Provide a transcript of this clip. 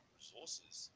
resources